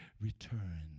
return